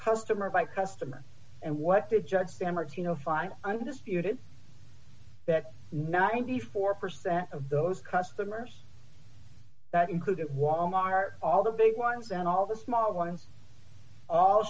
customer by customer and what the judge stammered you know fine i disputed that ninety four percent of those customers that included wal mart all the big ones and all the small ones all